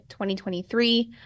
2023